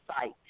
site